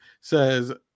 says